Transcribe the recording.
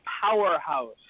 powerhouse